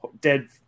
dead